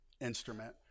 instrument